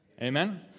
Amen